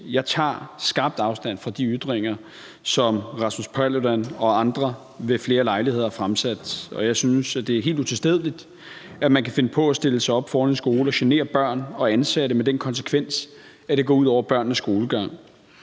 Jeg tager skarpt afstand fra de ytringer, som Rasmus Paludan og andre ved flere lejligheder har fremsat, og jeg synes, det er helt utilstedeligt, at man kan finde på at stille sig op foran en skole og genere børn og ansatte med den konsekvens, at det går ud over børnenes skolegang.